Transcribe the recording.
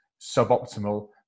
suboptimal